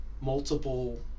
multiple